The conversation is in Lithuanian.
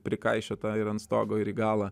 prikaišiota ir ant stogo ir į galą